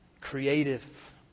creative